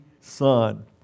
Son